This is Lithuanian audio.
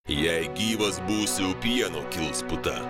jei gyvas būsiu pieno kils puta